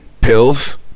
Pills